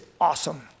awesome